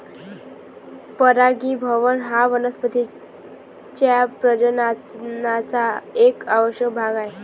परागीभवन हा वनस्पतीं च्या प्रजननाचा एक आवश्यक भाग आहे